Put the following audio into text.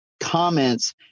comments